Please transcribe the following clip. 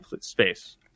space